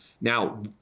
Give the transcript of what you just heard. now